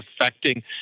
affecting